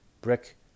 brick